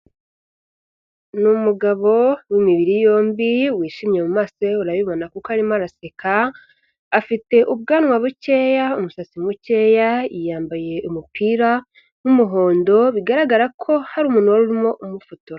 Ni umugabo w'imibiri yombi wishimye mu maso ye urabibona kuko arimo araseka, afite ubwanwa bukeya, umusatsi mukeya yambaye umupira w'umuhondo, bigaragara ko hari umuntu wari urimo umufotora.